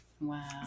wow